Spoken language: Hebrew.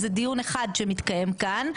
אז זה דיון אחד שמתקיים כאן,